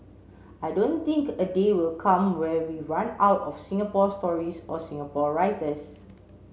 I don't think a day will come where we run out of Singapore stories or Singapore writers